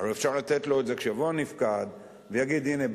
הרי אפשר לתת לו את זה כשיבוא הנפקד ויגיד: הנה,